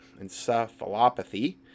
encephalopathy